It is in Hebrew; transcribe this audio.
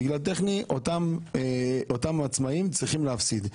בגלל טכני אותם עצמאיים צריכים להפסיד.